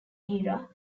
era